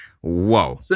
whoa